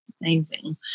Amazing